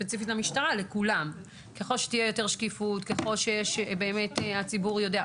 יותר שקיפות, ושהציבור ידע.